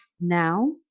now